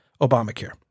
Obamacare